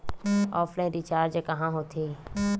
Offline recharge कहां होथे?